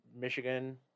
Michigan